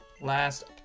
last